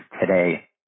today